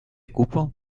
cupo